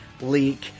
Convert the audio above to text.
leak